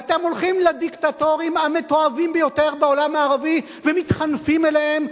ואתם הולכים לדיקטטורים המתועבים ביותר בעולם הערבי ומתחנפים אליהם,